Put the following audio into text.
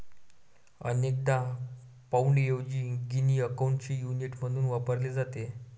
अनेकदा पाउंडऐवजी गिनी अकाउंटचे युनिट म्हणून वापरले जाते